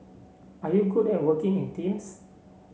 are you good at working in teams